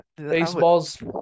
baseball's